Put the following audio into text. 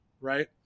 right